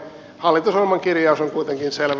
hallitusohjelman kirjaus on kuitenkin selvä